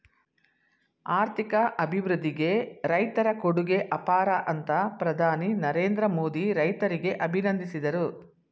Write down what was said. ಆರ್ಥಿಕ ಅಭಿವೃದ್ಧಿಗೆ ರೈತರ ಕೊಡುಗೆ ಅಪಾರ ಅಂತ ಪ್ರಧಾನಿ ನರೇಂದ್ರ ಮೋದಿ ರೈತರಿಗೆ ಅಭಿನಂದಿಸಿದರು